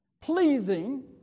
Pleasing